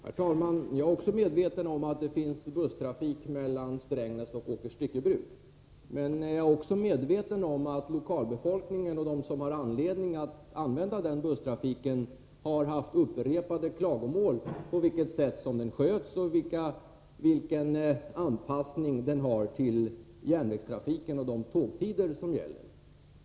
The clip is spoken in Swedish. Herr talman! Jag är medveten om att det går bussar mellan Strängnäs och Åkers Styckebruk, men jag är också medveten om att lokalbefolkningen och de som har anledning att använda sig av den busstrafiken har framställt upprepade klagomål över det sätt på vilket trafiken sköts och anpassas till järnvägstrafiken och de tågtider som gäller.